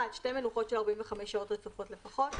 (1) שתי מנוחות של 45 שעות רצופות לפחות,